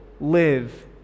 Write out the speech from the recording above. live